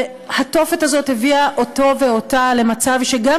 והתופת הזאת הביאה אותו ואותה למצב שגם